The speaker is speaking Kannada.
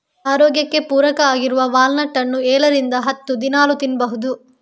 ಆರೋಗ್ಯಕ್ಕೆ ಪೂರಕ ಆಗಿರುವ ವಾಲ್ನಟ್ ಅನ್ನು ಏಳರಿಂದ ಹತ್ತು ದಿನಾಲೂ ತಿನ್ಬಹುದು